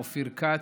אופיר כץ,